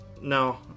No